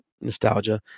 nostalgia